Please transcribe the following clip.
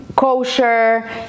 kosher